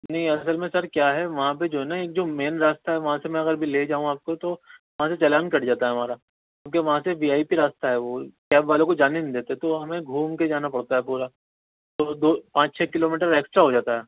نہیں اصل میں سر کیا ہے وہاں پہ جو ہے نا ایک جو مین راستہ ہے وہاں سے میں اگر لے جاؤں آپ کو تو وہاں سے چالان کٹ جاتا ہے ہمارا کیوں کہ وہاں سے وی آئی پی راستہ ہے وہ کیب والوں کو جانے نہیں دیتے تو ہمیں گھوم کے جانا پڑتا ہے پورا تو دو پانچ چھ کلو میٹر ایکسٹرا ہو جاتا ہے